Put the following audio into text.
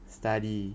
study